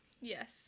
Yes